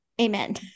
Amen